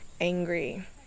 angry